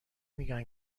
میگن